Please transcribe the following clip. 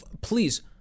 please